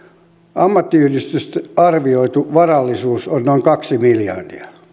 ammattiyhdistysten arvioitu varallisuus on noin kaksi miljardia